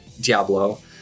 Diablo